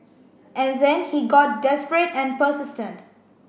and then he got desperate and persistent